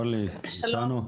אורלי את איתנו?